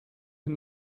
can